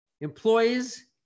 employees